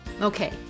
Okay